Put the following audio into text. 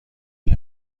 هتل